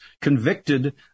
convicted